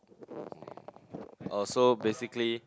oh so basically